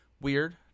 Weird